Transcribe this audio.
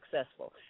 successful